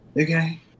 okay